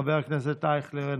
חבר הכנסת אייכלר,